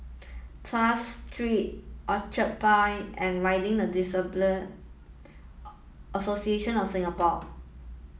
Tuas Street Orchard Point and Riding for the Disabled Association of Singapore